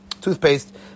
toothpaste